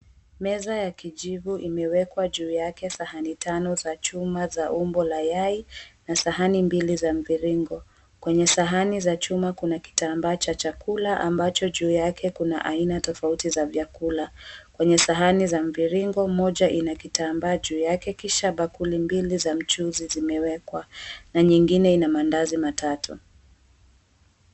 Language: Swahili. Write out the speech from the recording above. Meza ya kijivu imewekwa juu yake sahani tano za chuma za umbo la yai na sahani mbili za mviringo. Kwenye sahani za chuma kuna kitambaa cha chakula ambacho juu yake kuna aina tofauti za vyakula. Kwenye sahani za mviringo, moja ina kitambaa juu yake kisha bakuli mbili za mchuzi zimewekwa na nyingine zina maandazi matatu.